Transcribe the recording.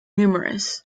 numerous